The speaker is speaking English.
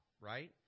right